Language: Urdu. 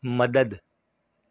مدد